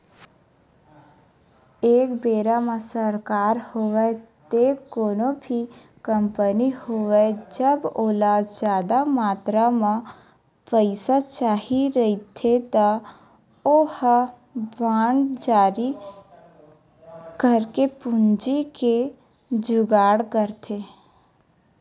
एक बेरा म सरकार होवय ते कोनो भी कंपनी होवय जब ओला जादा मातरा म पइसा चाही रहिथे त ओहा बांड जारी करके पूंजी के जुगाड़ करथे